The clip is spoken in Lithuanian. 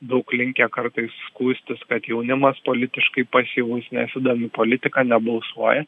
daug linkę kartais skųstis kad jaunimas politiškai pasyvus nesidomi politika nebalsuoja